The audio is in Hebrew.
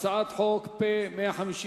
הצעת החוק באה על מנת לתת מענה למשקיעים